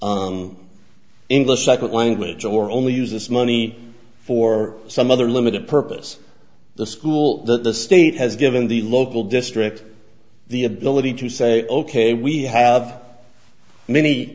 english second language or only use this money for some other limited purpose the school that the state has given the local district the ability to say ok we have many